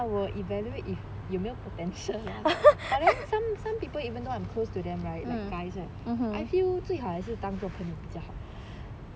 I think I will evaluate if 有没有 potential and then some some people even though I'm close to them right like guys right I feel 最好还是当做朋友比较好